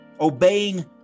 Obeying